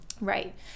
right